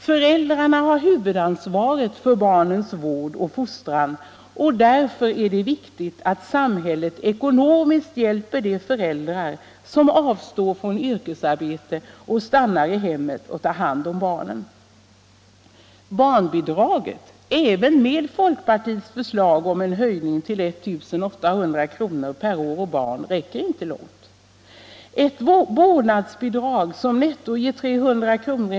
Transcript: Föräldrarna har huvudansvaret för barnens vård och fostran, och därför är det viktigt att samhället ekonomiskt hjälper de föräldrar som avstår från yrkesarbete och stannar i hemmet och tar hand om barnen. Barnbidraget — även med folkpartiets förslag om en höjning till 1 800 kr. per år och barn — räcker inte långt. Ett vårdnadsbidrag, som netto ger 300 kr.